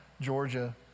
Georgia